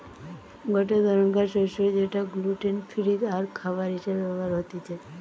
গটে ধরণকার শস্য যেটা গ্লুটেন ফ্রি আরখাবার হিসেবে ব্যবহার হতিছে